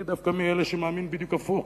אני דווקא מאלה שמאמין במיוחד הפוך,